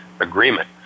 agreement